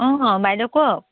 অঁ অঁ বাইদেউ কওক